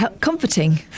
comforting